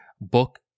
book